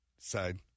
side